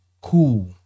cool